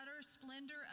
splendor